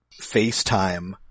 FaceTime